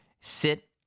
sit